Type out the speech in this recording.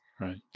Right